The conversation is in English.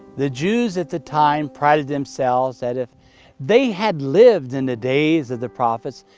the jews at the time prided themselves that if they had lived in the days of the prophets,